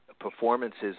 performances